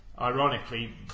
Ironically